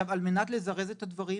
על מנת לזרז את הדברים,